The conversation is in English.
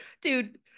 dude